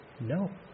No